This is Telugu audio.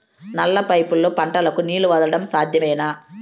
నల్ల పైపుల్లో పంటలకు నీళ్లు వదలడం సాధ్యమేనా?